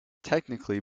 technically